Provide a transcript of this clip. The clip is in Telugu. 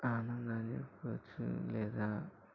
ఆనందాన్ని ఇవ్వచ్చు లేదా